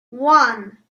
one